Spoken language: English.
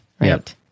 Right